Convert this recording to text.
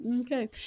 Okay